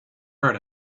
heard